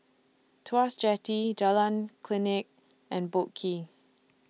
Tuas Jetty Jalan Klinik and Boat Quay